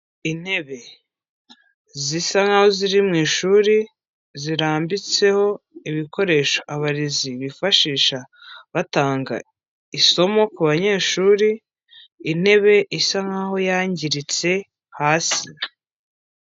Intebe zisa nkaho ziri mu ishuri zirambitseho ibikoresho abarezi bifashisha batanga isomo ku banyeshuri, intebe isa nkaho yangiritse hasi.